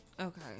Okay